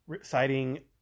citing